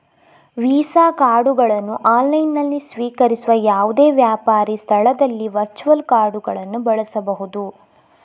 visa ಕಾರ್ಡುಗಳನ್ನು ಆನ್ಲೈನಿನಲ್ಲಿ ಸ್ವೀಕರಿಸುವ ಯಾವುದೇ ವ್ಯಾಪಾರಿ ಸ್ಥಳದಲ್ಲಿ ವರ್ಚುವಲ್ ಕಾರ್ಡುಗಳನ್ನು ಬಳಸಬಹುದು